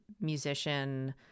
musician